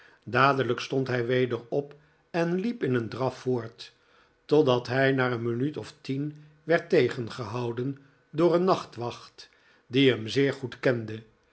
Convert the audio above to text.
dadelijk stond hi weder op en liep in een draf voort totdat hij na een minuut of tien werd tegengehouden door een nachtwacht die hem zeer goed kende